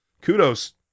kudos